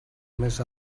més